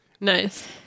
Nice